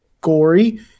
gory